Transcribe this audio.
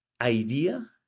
idea